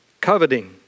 coveting